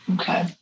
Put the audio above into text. Okay